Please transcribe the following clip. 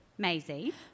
Maisie